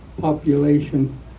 population